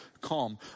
calm